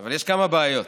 אבל יש כמה בעיות.